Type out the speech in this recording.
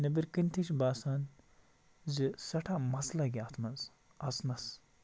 نٮ۪بٕرۍ کَِنۍ تھٕے چھُ باسان زِ سٮ۪ٹھاہ مَزٕ لَگہِ اَتھ منٛز اَژنَس